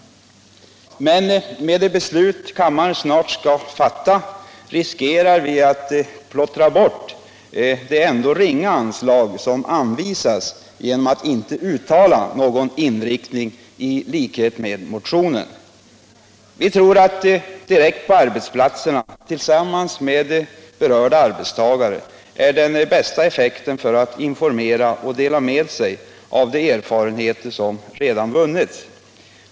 Med det beslut kammaren snart skall fatta riskerar vi att plottra bort det ändå ringa anslag som anvisas, genom att inte uttala någon inriktning sådan som motionens. Vi tror att man får den bästa effekten direkt på arbetsplatserna tillsammans med berörda arbetstagare, som kan informera och dela med sig av de erfarenheter som redan vunnits.